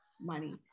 money